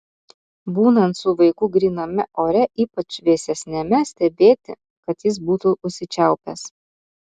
būnant su vaiku gryname ore ypač vėsesniame stebėti kad jis būtų užsičiaupęs